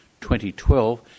2012